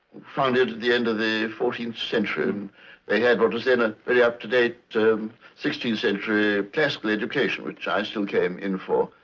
founded at the end of the fourteenth century. um they had what was then a very up-to-date sixteenth century classical education, which i still came in for.